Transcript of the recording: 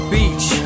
Beach